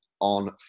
on